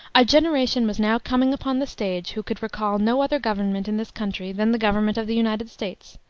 a generation was now coming upon the stage who could recall no other government in this country than the government of the united states,